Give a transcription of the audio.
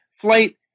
flight